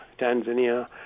Tanzania